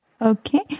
Okay